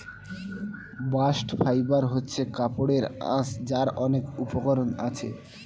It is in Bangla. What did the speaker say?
বাস্ট ফাইবার হচ্ছে কাপড়ের আঁশ যার অনেক উপকরণ আছে